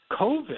COVID